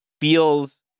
feels